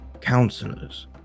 counselors